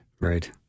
Right